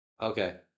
Okay